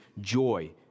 joy